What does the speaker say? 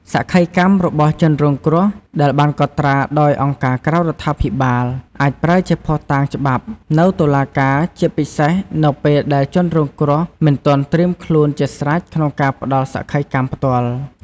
សក្ខីកម្មរបស់ជនរងគ្រោះដែលបានកត់ត្រាដោយអង្គការក្រៅរដ្ឋាភិបាលអាចប្រើជាភស្តុតាងច្បាប់នៅតុលាការ ជាពិសេសនៅពេលដែលជនរងគ្រោះមិនទាន់ត្រៀមខ្លួនជាស្រេចក្នុងការផ្ដល់សក្ខីកម្មផ្ទាល់។